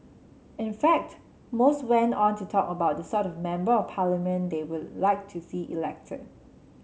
in fact most went on to talk about the sort of Member of Parliament they would like to see elected